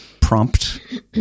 prompt